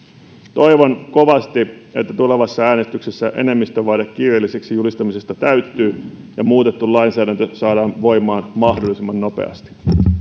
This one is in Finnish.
toivon kovasti että tulevassa äänestyksessä enemmistövaade kiireelliseksi julistamisesta täyttyy ja muutettu lainsäädäntö saadaan voimaan mahdollisimman nopeasti